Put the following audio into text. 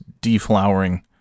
deflowering